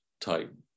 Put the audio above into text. type